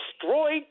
destroyed